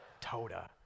Toda